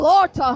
Lord